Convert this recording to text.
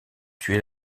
tuer